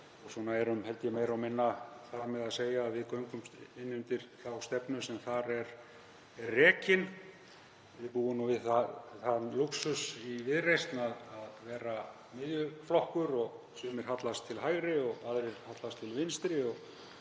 og erum held ég meira og minna þar með að segja að við göngumst undir þá stefnu sem þar er rekin. Við búum við þann lúxus í Viðreisn að vera miðjuflokkur. Sumir hallast til hægri og aðrir til vinstri